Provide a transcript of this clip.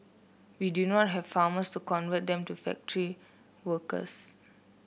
we do not have farmers to convert them to factory workers